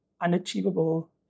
unachievable